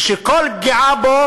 וכל פגיעה בו